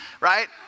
right